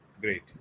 Great